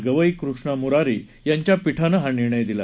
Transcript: गवई कृष्णा मुरारी यांच्या पीठानं हा निर्णय दिला